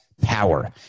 Power